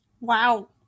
wow